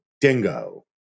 DINGO